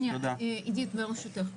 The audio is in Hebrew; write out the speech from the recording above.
עידית, ברשותך.